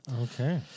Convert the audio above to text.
Okay